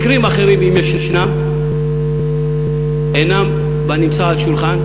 מקרים אחרים, אם ישנם, אינם בנמצא על השולחן.